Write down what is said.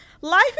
life